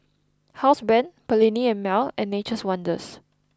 Housebrand Perllini and Mel and Nature's Wonders